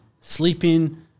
sleeping